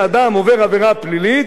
כפי שהעיר לי חברי,